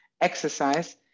exercise